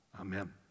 Amen